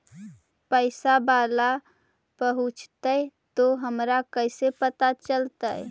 पैसा बाला पहूंचतै तौ हमरा कैसे पता चलतै?